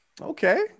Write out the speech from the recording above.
Okay